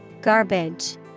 Garbage